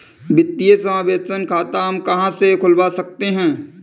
वित्तीय समावेशन खाता हम कहां से खुलवा सकते हैं?